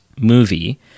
movie